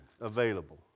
available